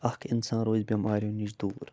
اَکھ اِنسان روزِ بٮ۪ماریو نِش دوٗر